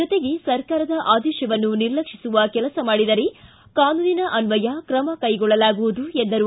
ಜೊತೆಗೆ ಸರ್ಕಾರದ ಆದೇಶವನ್ನು ನಿರ್ಲಕ್ಷ್ವಿಸುವ ಕೆಲಸ ಮಾಡಿದರೆ ಕಾನೂನಿನ ಅನ್ವಯ ಕ್ರಮ ಕೈಗೊಳ್ಳಲಾಗುವುದು ಎಂದರು